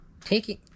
Taking